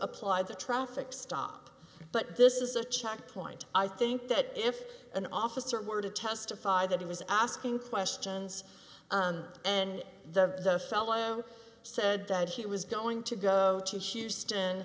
apply the traffic stop but this is a checkpoint i think that if an officer were to testify that he was asking questions and the fellow said that he was going to go to shoes to